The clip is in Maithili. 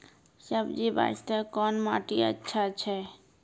सब्जी बास्ते कोन माटी अचछा छै?